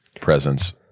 presence